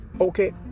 Okay